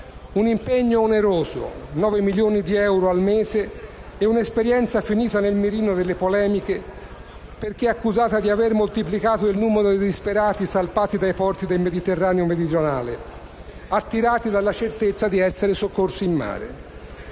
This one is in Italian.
un impegno oneroso (nove milioni di euro al mese) e di un'esperienza finita nel mirino delle polemiche, perché accusata di aver moltiplicato il numero dei disperati salpati dai porti del Mediterraneo meridionale, attirati dalla certezza di essere soccorsi in mare.